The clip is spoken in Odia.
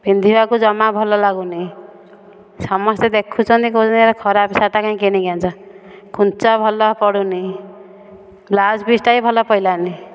ପିନ୍ଧିବାକୁ ଜମା ଭଲ ଲାଗୁନି ସମସ୍ତେ ଦେଖୁଛନ୍ତି କହୁଛନ୍ତି ଏଇଟା ଖରାପ ଶାଢୀଟା କାହିଁକି କିଣିକି ଆଣିଛ କୁଞ୍ଚ ଭଲ ପଡ଼ୁନି ବ୍ଳାଉଜ ଫିସ୍ଟା ବି ଭଲ ପଡ଼ିଲା ନାହିଁ